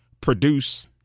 produce